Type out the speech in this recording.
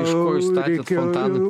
iš ko jūs statėt fontaną